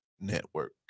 network